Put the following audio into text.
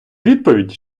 відповідь